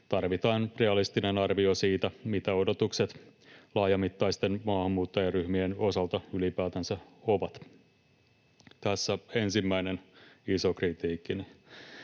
Tarvitaan realistinen arvio siitä, mitä odotukset laajamittaisten maahanmuuttajaryhmien osalta ylipäätänsä ovat. Tässä ensimmäinen iso kritiikkini.